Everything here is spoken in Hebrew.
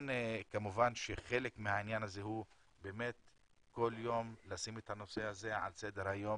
כמובן שחלק מהעניין הזה הוא כל יום לשים את הנושא הזה על סדר היום,